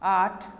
आठ